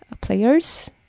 players